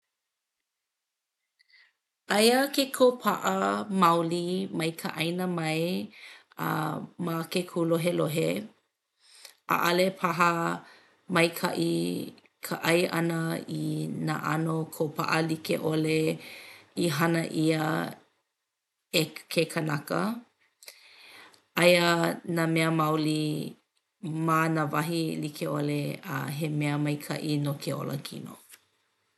Aia ke kōpaʻa maoli mai ka ʻāina mai ma ke kūlohelohe. ʻAʻole paha maikaʻi ka ʻai ʻana i nā ʻano kōpaʻa like ʻole i hana ʻia e ke kanaka. Aia nā mea maoli ma nā wahi like ʻole a he mea maikaʻi no ke olakino.